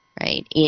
right